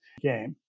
game